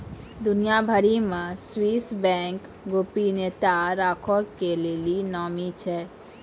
दुनिया भरि मे स्वीश बैंक गोपनीयता राखै के लेली नामी छै